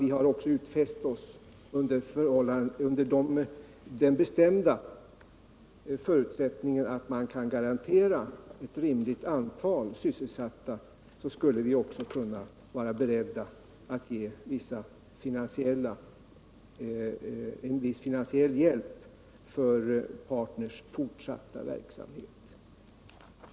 Vi har också, under den bestämda förutsättningen att man kan garantera sysselsättning åt ett rimligt antal personer, utfäst att vi också skulle kunna vara beredda att ge en viss finansiell hjälp för Partners fortsatta verksamhet.